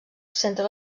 centra